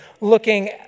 looking